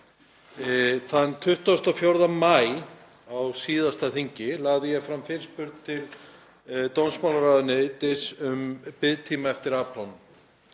Þann 24. maí á síðasta þingi lagði ég fram fyrirspurn til dómsmálaráðuneytis um biðtíma eftir afplánun.